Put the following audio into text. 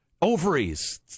ovaries